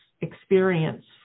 experience